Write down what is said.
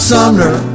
Sumner